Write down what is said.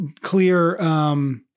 clear